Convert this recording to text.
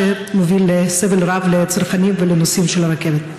מה שמוביל לסבל רב לצרכנים ולנוסעים של הרכבת?